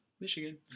Michigan